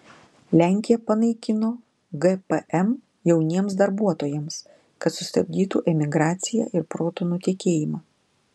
lenkija panaikino gpm jauniems darbuotojams kad sustabdytų emigraciją ir protų nutekėjimą